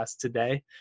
today